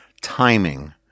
timing